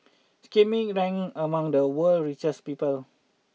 Schmidt ranks among the world richest people